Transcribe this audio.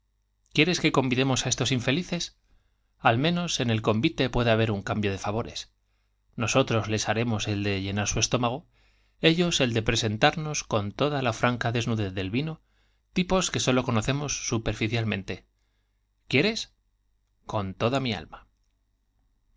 quieres ue convidemos á el convite puede haber estos infelices al menos en un cambio de favor es nosotros les haremos el de llenar su estómago ellos el de presentarnos con toda la franca desnudez del vino tipos que sólo cono cemos superficialmente quieres con toda mi alma